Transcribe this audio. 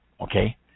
Okay